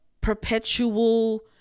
perpetual